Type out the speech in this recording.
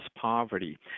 poverty